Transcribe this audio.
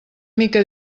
mica